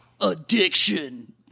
Addiction